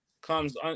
comes